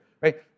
right